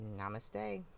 namaste